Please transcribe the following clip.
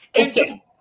okay